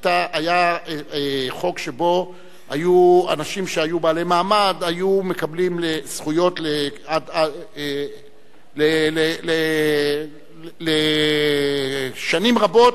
היה חוק שבו אנשים שהיו בעלי מעמד היו מקבלים זכויות לשנים רבות,